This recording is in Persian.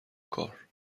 کار